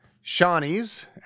Shawnees